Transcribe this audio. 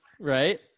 right